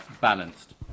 balanced